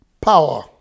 power